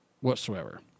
whatsoever